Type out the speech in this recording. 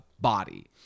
body